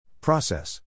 Process